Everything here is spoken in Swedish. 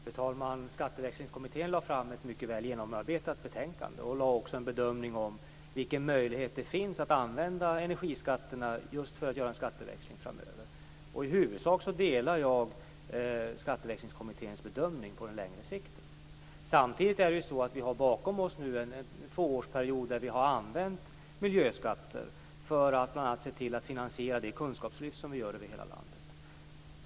Fru talman! Skatteväxlingskommittén lade fram ett mycket väl genomarbetat betänkande. Den lade också fram en bedömning av vilken möjlighet det finns att använda energiskatterna för att åstadkomma en skatteväxling framöver. I huvudsak delar jag denna bedömning, på längre sikt. Samtidigt har vi bakom oss en tvåårsperiod då vi har använt miljöskatter för att bl.a. se till att finansiera det kunskapslyft som genomförs över hela landet.